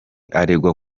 aregwa